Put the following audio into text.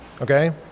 Okay